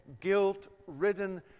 guilt-ridden